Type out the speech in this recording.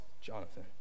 Jonathan